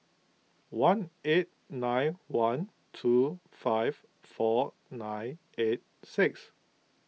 one eight nine one two five four nine eight six